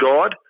God